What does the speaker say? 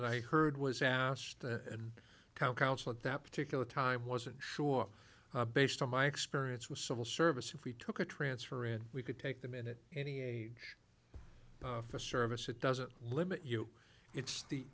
that i heard was asked and counsel at that particular time wasn't sure based on my experience with civil service if we took a transfer and we could take the minute any age of the service it doesn't limit you it's the